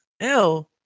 Ew